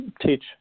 teach